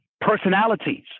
personalities